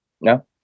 No